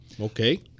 Okay